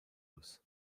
los